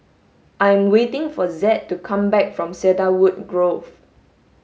I am waiting for Zed to come back from Cedarwood Grove